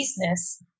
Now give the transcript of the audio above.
business